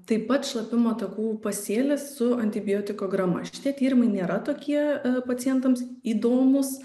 taip pat šlapimo takų pasėlis su antibiotiko grama šitie tyrimai nėra tokie pacientams įdomūs